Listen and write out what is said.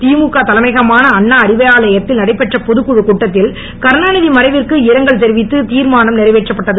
திமுக தலைமையகமான அண்ணா அறிவாலயத்தில் நடைபெற்ற பொதுக்குழு கூட்டத்தில் கருணாந்தி மறைவிற்கு இரங்கல் தெரிவித்து தீர்மானம் நிறைவேற்றப்பட்டது